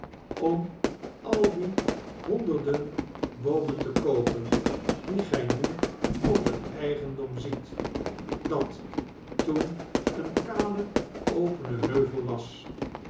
om al die honderde boomen te koopen die gij nu op het eigendom ziet dat toen een kale opene heuvel was